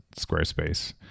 Squarespace